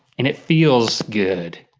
and it feels good.